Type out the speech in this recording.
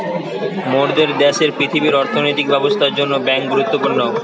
মোরদের দ্যাশের পৃথিবীর অর্থনৈতিক ব্যবস্থার জন্যে বেঙ্ক গুরুত্বপূর্ণ